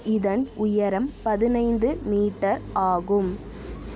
இதன் உயரம் பதினைந்து மீட்டர் ஆகும்